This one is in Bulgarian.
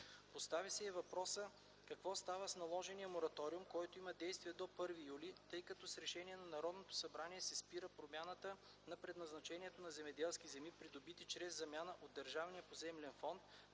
Постави се и въпросът какво става с наложения мораториум, който има действие до 1 юли, тъй като с решение на Народното събрание се спира промяната на предназначението на земеделски земи, придобити чрез замяна от държавния поземлен фонд,